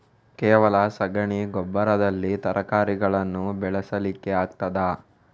ಕೇವಲ ಸಗಣಿ ಗೊಬ್ಬರದಲ್ಲಿ ತರಕಾರಿಗಳನ್ನು ಬೆಳೆಸಲಿಕ್ಕೆ ಆಗ್ತದಾ?